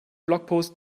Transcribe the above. blogpost